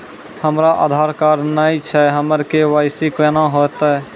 हमरा आधार कार्ड नई छै हमर के.वाई.सी कोना हैत?